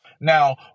Now